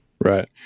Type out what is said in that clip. right